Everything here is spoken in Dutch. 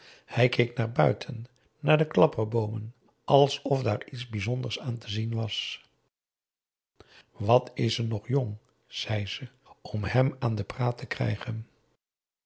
hij keek naar buiten naar de klapperboomen alsof daar iets bijzonders aan te zien was wat is ze nog jong zei ze om hem aan het praten te krijgen